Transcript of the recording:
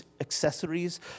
accessories